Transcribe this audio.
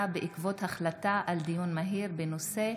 בעקבות דיון מהיר בהצעתם של חברי הכנסת מוסי רז ומשה ארבל בנושא: